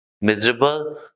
miserable